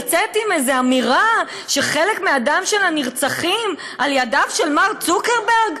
לצאת עם איזו אמירה שחלק מהדם של הנרצחים על ידיו של מארק צוקרברג?